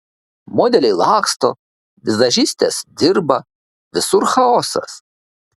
modeliai laksto vizažistės dirba visur chaosas